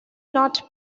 not